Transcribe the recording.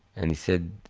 and he said,